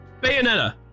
Bayonetta